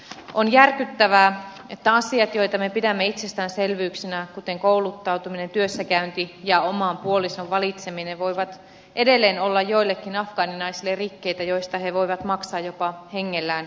on järkyttävää että asiat joita me pidämme itsestäänselvyyksinä kuten kouluttautuminen työssäkäynti ja oman puolison valitseminen voivat edelleen olla joillekin afgaaninaisille rikkeitä joista he voivat maksaa jopa hengellään